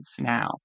now